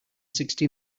sixty